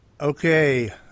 Okay